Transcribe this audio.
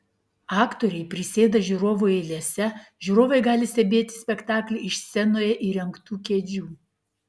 aktoriai prisėda žiūrovų eilėse žiūrovai gali stebėti spektaklį iš scenoje įrengtų kėdžių